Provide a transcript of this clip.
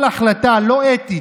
כל החלטה לא אתית,